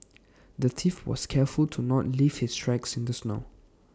the thief was careful to not leave his tracks in the snow